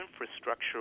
infrastructure